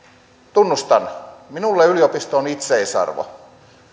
tunnustan minulle yliopisto on itseisarvo